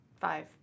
five